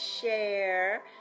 share